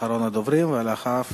אחרון הדוברים, ולאחריו